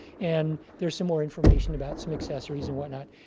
and there's some more information about some accessories and whatnot.